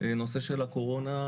בעניין הקורונה,